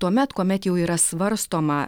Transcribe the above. tuomet kuomet jau yra svarstoma